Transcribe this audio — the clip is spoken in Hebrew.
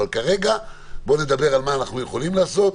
אבל כרגע בואו נדבר על מה אנחנו יכולים לעשות,